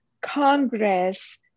Congress